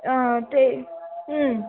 हां ते